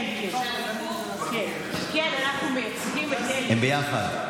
כן, אנחנו מייצגים, הם ביחד.